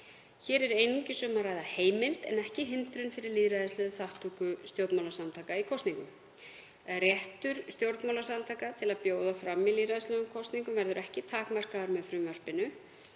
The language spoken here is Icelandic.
Hér er einungis um að ræða heimild en ekki hindrun fyrir lýðræðislega þátttöku stjórnmálasamtaka í kosningum. Réttur stjórnmálasamtaka til að bjóða fram í lýðræðislegum kosningum verður ekki takmarkaður með frumvarpinu